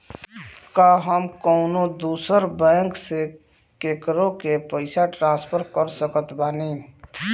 का हम कउनों दूसर बैंक से केकरों के पइसा ट्रांसफर कर सकत बानी?